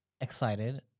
excited